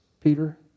Peter